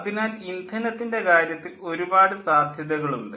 അതിനാൽ ഇന്ധനത്തിൻ്റെ കാര്യത്തിൽ ഒരുപാട് സാധ്യതകൾ ഉണ്ട്